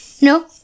No